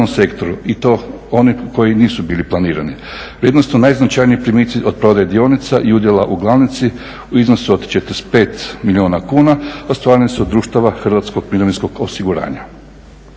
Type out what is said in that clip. i to oni koji nisu bili planirani. Vrijednosno najznačajniji primici od prodaje dionica i udjela u glavnici u iznosu od 45 milijuna kuna ostvareni su od Društava Hrvatskog mirovinskog osiguranja.